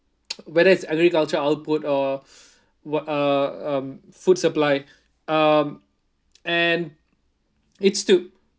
whether it's agriculture output or what uh um food supply um and it's to